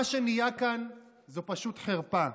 מה שנהיה כאן זאת פשוט חרפה.